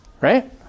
Right